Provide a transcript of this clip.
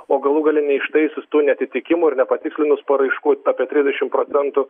o galų gale neištaisius tų neatitikimų ir nepatikslinus paraiškų apie trisdešim procentų